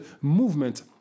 movement